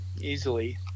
easily